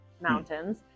Mountains